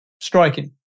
striking